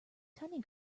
tiny